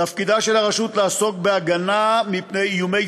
תפקידה של הרשות לעסוק בהגנה מפני איומי